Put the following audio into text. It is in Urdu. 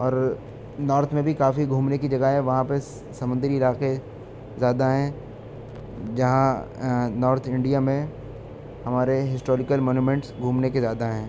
اور نارتھ میں بھی کافی گھومنے کی جگہ ہے وہاں پہ سمندری علاقے زیادہ ہیں جہاں نارتھ انڈیا میں ہمارے ہسٹورکل منومنٹس گھومنے کے زیادہ ہیں